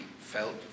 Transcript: felt